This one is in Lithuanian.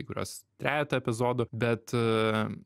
kai kurios trejetą epizodų bet